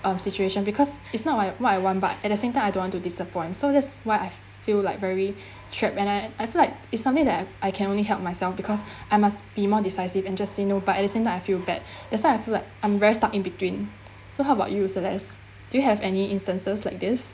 um situation because it's not what I what I want but at the same time I don't want to disappoint so that's what I feel like very trapped and then I feel like it's something that I I can only help myself because I must be more decisive and just say no but at the same time I feel bad that's why I feel that I'm very stuck in between so how about you selez do you have any instances like this